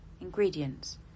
Ingredients